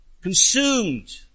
consumed